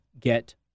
get